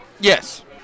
Yes